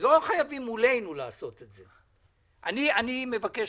לא חייבים לעשות את זה מולנו, אני רק מבקש